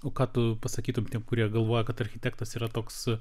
o ką tu pasakytum tiem kurie galvoja kad architektas yra toks